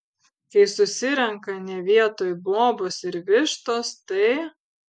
kai susirenka ne vietoj bobos ir vištos tai